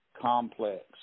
Complex